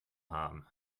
haben